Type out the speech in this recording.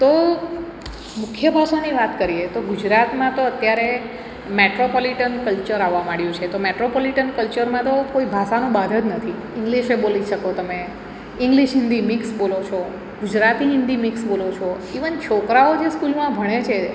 તો મુખ્ય ભાષાની વાત કરીએ તો ગુજરાતમાં તો અત્યારે મેટ્રોપોલિટન કલ્ચર આવવા માંડ્યું છે તો મેટ્રોપોલિટન કલ્ચરમાં તો કોઈ ભાષાનું બાંધ જ નથી ઈંગ્લીશએ બોલી શકો તમે ઇંગ્લિશ હિન્દી મિક્સ બોલો છો ગુજરાતી હિન્દી મિક્સ બોલો છો ઇવન છોકરાઓ જે સ્કૂલમાં ભણે છે